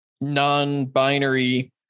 non-binary